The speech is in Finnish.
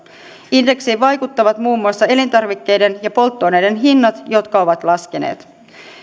indeksiin vaikuttavat muun muassa elintarvikkeiden ja polttoaineiden hinnat jotka ovat laskeneet